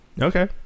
Okay